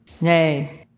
Nay